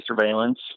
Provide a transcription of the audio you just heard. surveillance